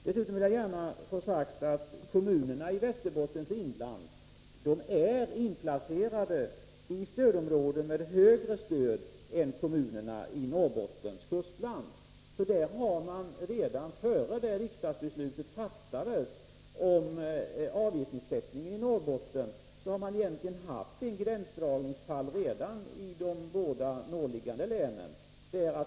Jag vill dessutom gärna få sagt att kommunerna i Västerbottens inland är inplacerade i stödområden med högre stöd än kommunerna i Norrbottens kustland. Man har redan innan riksdagsbeslutet om avgiftsnedsättningen i Norrbotten fattades haft denna gränsdragning när det gäller de båda norrliggande länen.